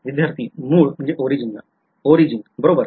विद्यार्थीः मूळ मूळ बरोबर